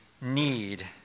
need